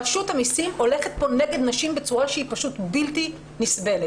רשות המיסים הולכת פה נגד נשים בצורה שהיא פשוט בלתי נסבלת.